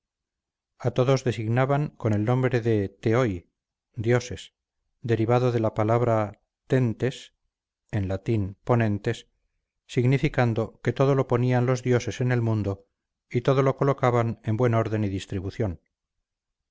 a todos designaban con el nombre de theoi dioses derivado de la palabra thentes en latín ponentes significando que todo lo ponían los dioses en el mundo y todo lo colocaban en buen orden y distribución